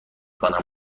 کنم